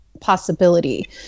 possibility